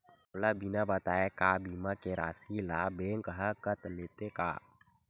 मोला बिना बताय का बीमा के राशि ला बैंक हा कत लेते का?